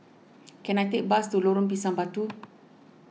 can I take a bus to Lorong Pisang Batu